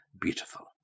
beautiful